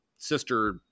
sister